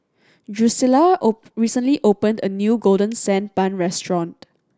Drusilla recently opened a new Golden Sand Bun restaurant